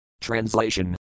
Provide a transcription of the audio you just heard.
Translation